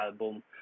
album